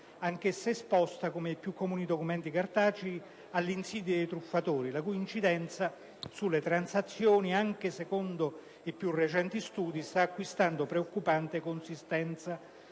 anch'essa esposta, come i più comuni documenti cartacei, alle insidie dei truffatori, la cui incidenza sulle transazioni, anche secondo i più recenti studi, sta acquistando preoccupante consistenza.